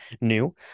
new